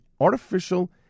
artificial